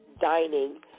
dining